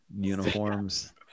uniforms